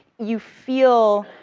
you feel,